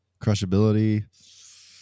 Crushability